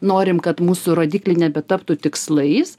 norim kad mūsų rodikliai nebetaptų tikslais